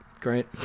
great